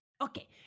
Okay